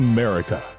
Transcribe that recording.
America